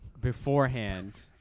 beforehand